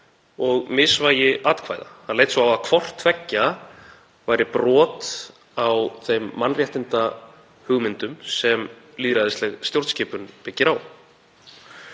og misvægi atkvæða. Hann leit svo á að hvort tveggja væri brot á þeim mannréttindahugmyndum sem lýðræðisleg stjórnskipun byggist á.